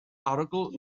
arogl